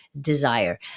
desire